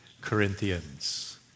Corinthians